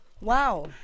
Wow